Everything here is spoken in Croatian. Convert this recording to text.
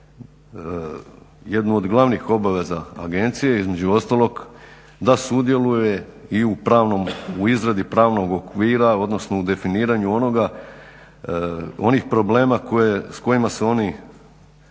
jednu od glavnih obaveza agencije između ostalog da sudjeluje i u pravnoj, u izradi pravnog okvira, odnosno u definiranju onih problema s kojima se oni